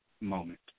moment